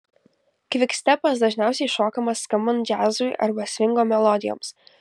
kvikstepas dažniausiai šokamas skambant džiazui arba svingo melodijoms